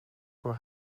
voor